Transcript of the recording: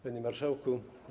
Panie Marszałku!